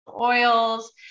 oils